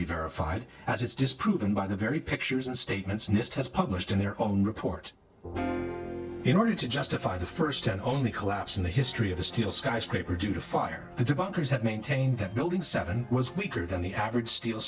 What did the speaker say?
be verified as it's disproven by the very pictures and statements nist has published in their own report in order to justify the first and only collapse in the history of a steel skyscraper due to fire but the bankers have maintained that building seven was weaker than the average ste